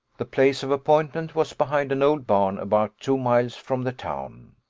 the place of appointment was behind an old barn, about two miles from the town